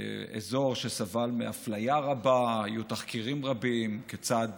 זה אזור שסבל מאפליה רבה, והיו תחקירים רבים כיצד